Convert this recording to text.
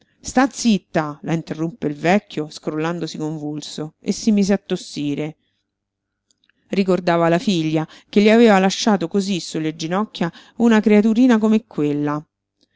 sta zitta la interruppe il vecchio scrollandosi convulso e si mise a tossire ricordava la figlia che gli aveva lasciato cosí sulle ginocchia una creaturina come quella